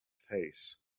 face